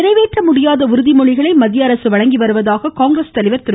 நிறைவேற்ற முடியாத உறுதிமொழிகளை மத்திய அரசு வழங்கி வருவதாக காங்கிரஸ் தலைவர் திரு